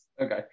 Okay